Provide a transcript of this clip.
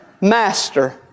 Master